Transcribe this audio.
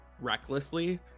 recklessly